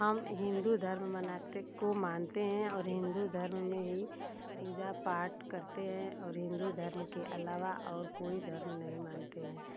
हम हिंदू धर्म मनाते को मानते हैं और हिंदू धर्म में ही पूजा पाठ करते हैं और हिंदू धर्म के अलावा और कोई धर्म नहीं मानते हैं